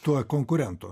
tuo konkurentu